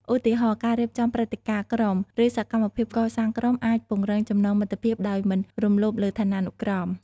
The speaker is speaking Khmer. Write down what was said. ឧទាហរណ៍ ការរៀបចំព្រឹត្តិការណ៍ក្រុម ឬសកម្មភាពកសាងក្រុមអាចពង្រឹងចំណងមិត្តភាពដោយមិនរំលោភលើឋានានុក្រម។